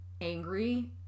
angry